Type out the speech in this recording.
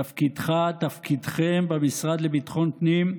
תפקידך, תפקידכם במשרד לביטחון פנים,